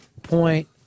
Point